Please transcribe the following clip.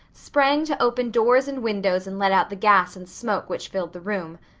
sprang to open doors and windows and let out the gas and smoke which filled the room.